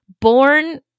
Born